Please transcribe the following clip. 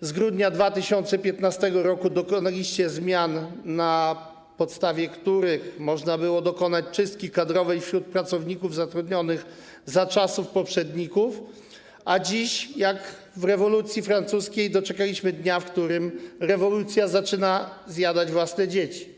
z grudnia 2015 r. dokonaliście zmian, na podstawie których można było dokonać czystki kadrowej wśród pracowników zatrudnionych za czasów poprzedników, a dziś jak w czasie rewolucji francuskiej doczekaliśmy dnia, w którym rewolucja zaczyna zjadać własne dzieci.